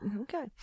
Okay